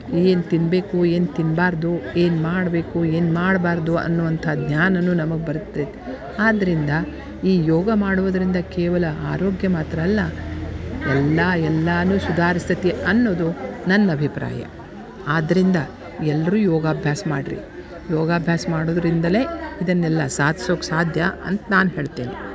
ಏನು ತಿನ್ನಬೇಕು ಏನು ತಿನ್ನಬಾರ್ದು ಏನು ಮಾಬೇಕು ಏನು ಮಾಡಬಾರ್ದು ಅನ್ನೋ ಅಂಥ ಜ್ಞಾನವೂ ನಮಗೆ ಬರುತ್ತೈತೆ ಆದ್ದರಿಂದ ಈ ಯೋಗ ಮಾಡುವುದರಿಂದ ಕೇವಲ ಆರೋಗ್ಯ ಮಾತ್ರ ಅಲ್ಲ ಎಲ್ಲ ಎಲ್ಲವೂ ಸುಧಾರಿಸ್ತೈತಿ ಅನ್ನೋದು ನನ್ನ ಅಭಿಪ್ರಾಯ ಆದ್ದರಿಂದ ಎಲ್ಲರೂ ಯೋಗಾಭ್ಯಾಸ ಮಾಡಿರಿ ಯೋಗಾಭ್ಯಾಸ ಮಾಡೋದರಿಂದಲೇ ಇದನ್ನೆಲ್ಲ ಸಾಧ್ಸೋಕ್ಕೆ ಸಾಧ್ಯ ಅಂತ ನಾನು ಹೇಳ್ತೇನೆ